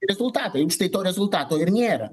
rezultatą už tai to rezultato ir nėra